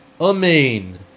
amen